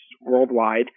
worldwide